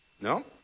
No